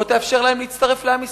בוא תאפשר להם להצטרף לעם ישראל.